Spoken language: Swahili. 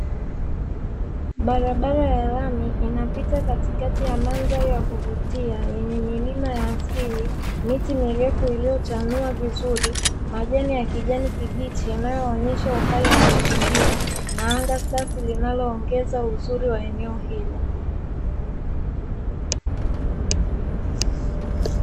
Barabara ya lami inapita katikati ya mandhari ya kuvutia yenye milima ya asili, miti mirefu iliyochanua vizuri, majani ya kijani kibichi yanayoonyesha uhai wa mazingira na anga safi linaloongeza uzuri wa eneo hilo.